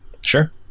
sure